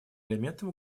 элементом